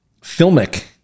filmic